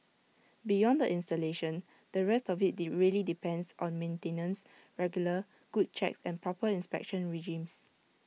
beyond the installation the rest of IT really depends on maintenance regular good checks and proper inspection regimes